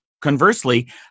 conversely